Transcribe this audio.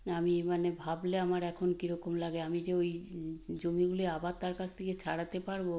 আমি মানে ভাবলে আমার এখন কী রকম লাগে আমি যে ওই জমিগুলি আবার তার কাছ থেকে ছাড়াতে পারবো